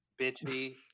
bitchy